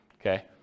Okay